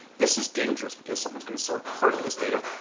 this is dangerous because someone's going to sort part of this data,